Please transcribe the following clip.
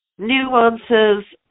nuances